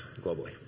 globally